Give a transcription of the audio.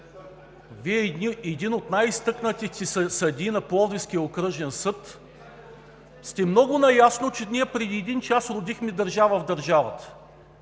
Вие – един от най изтъкнатите съдии на Пловдивския окръжен съд, сте много наясно, че ние преди един час родихме държава в държавата.